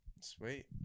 Sweet